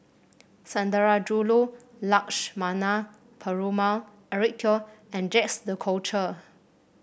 Sundarajulu Lakshmana Perumal Eric Teo and Jacques De Coutre